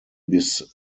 bis